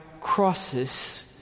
crosses